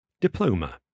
Diploma